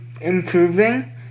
improving